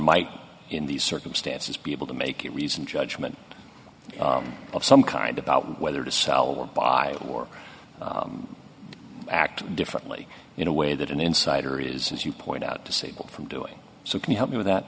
might in these circumstances be able to make a reasoned judgment of some kind about whether to sell by or act differently in a way that an insider is as you point out disabled from doing so can you help me with that